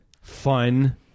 fun